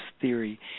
theory